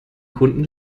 kunden